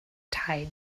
tides